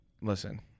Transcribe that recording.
listen